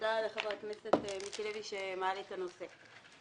תודה לחבר הכנסת מיקי לוי שמעלה את הנושא.